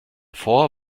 vor